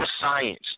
science